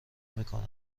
میشوند